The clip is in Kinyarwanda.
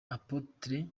apotre